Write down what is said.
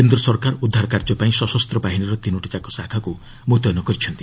କେନ୍ଦ୍ର ସରକାର ଉଦ୍ଧାର କାର୍ଯ୍ୟପାଇଁ ସଶସ୍ତ ବାହିନୀର ତିନୋଟିଯାକ ଶାଖାକୁ ମୁତୟନ କରିଛନ୍ତି